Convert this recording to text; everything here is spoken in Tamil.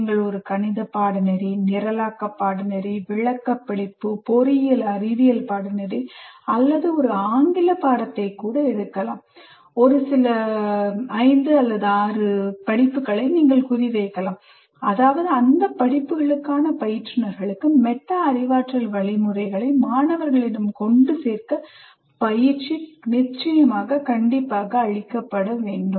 நீங்கள் ஒரு கணித பாடநெறி நிரலாக்க பாடநெறி விளக்க படிப்பு பொறியியல் அறிவியல் பாடநெறி அல்லது ஒரு ஆங்கில பாடத்தை கூட எடுக்கலாம் ஒரு சில படிப்புகளை குறிவைக்கலாம் அதாவது அந்த படிப்புகளுக்கான பயிற்றுனர்களுக்கு மெட்டா அறிவாற்றல் வழிமுறைகளை மாணவர்களிடம் கொண்டு சேர்க்க பயிற்சி அளிக்கப்பட வேண்டும்